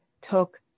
took